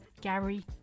gary